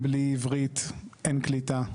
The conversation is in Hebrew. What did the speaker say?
בלי עברית אין קליטה,